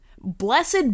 blessed